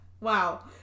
Wow